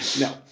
No